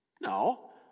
no